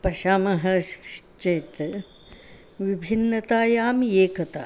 पश्यामश्चेत् विभिन्नतायाम् एकता